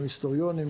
היסטוריונים,